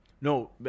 No